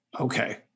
Okay